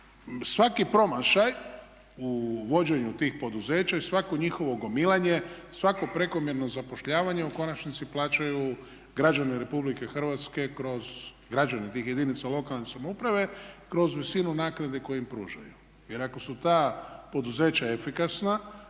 Svaki promašaj u vođenju tih poduzeća i svako njihovo gomilanje, svako prekomjerno zapošljavanje u konačnici plaćaju građani Republike Hrvatske kroz, građani tih jedinica lokalne samouprave kroz visinu naknade koju im pružaju. Jer ako su ta poduzeća efikasna,